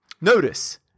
Notice